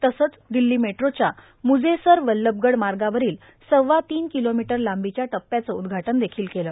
तसंच दिल्ली मेट्रोच्या मुजेसर वल्लभगड मार्गावरील सव्वा तीन किलोमीटर लांबीच्या टप्प्याचं उद्घाटन देखील केलं